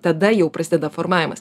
tada jau prasideda formavimas